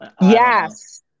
Yes